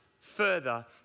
further